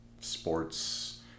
sports